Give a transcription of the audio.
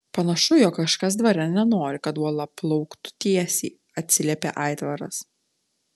panašu jog kažkas dvare nenori kad uola plauktų tiesiai atsiliepė aitvaras